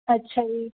ਅੱਛਾ ਜੀ